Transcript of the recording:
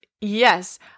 Yes